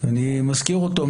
אני מזכיר אותו,